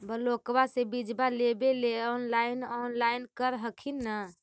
ब्लोक्बा से बिजबा लेबेले ऑनलाइन ऑनलाईन कर हखिन न?